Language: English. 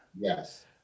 Yes